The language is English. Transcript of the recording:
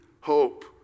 hope